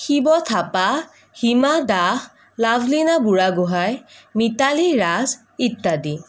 শিৱ থাপা হিমা দাস লাভলীনা বুঢ়াগোহাঁই মিতালী ৰাজ ইত্যাদি